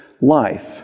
life